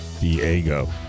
Diego